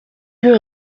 eut